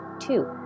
two